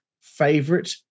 Favorite